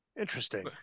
Interesting